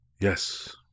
Yes